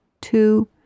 two